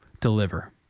deliver